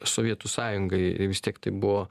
sovietų sąjungai vis tiek tai buvo